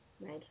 Right